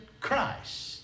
Christ